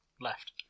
left